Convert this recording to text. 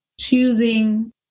choosing